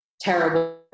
terrible